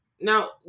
Now